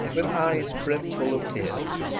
with eyes brim full of tears,